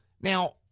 Now